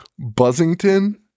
Buzzington